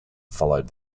followed